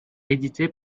éditées